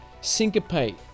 syncopate